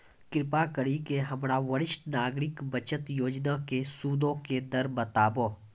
कृपा करि के हमरा वरिष्ठ नागरिक बचत योजना के सूदो के दर बताबो